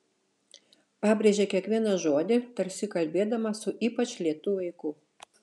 pabrėžė kiekvieną žodį tarsi kalbėdama su ypač lėtu vaiku